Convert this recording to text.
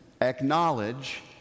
acknowledge